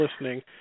listening